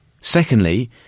Secondly